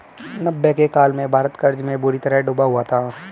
नब्बे के काल में भारत कर्ज में बुरी तरह डूबा हुआ था